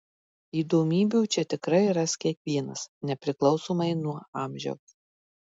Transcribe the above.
įdomybių čia tikrai ras kiekvienas nepriklausomai nuo amžiaus